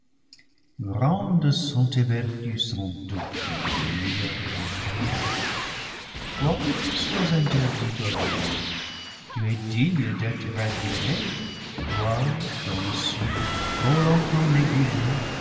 grandes sont tes vertus sans doute ô le meilleur des fruits quoique tu sois interdit à l'homme tu es digne d'être admiré toi dont le suc trop longtemps négligé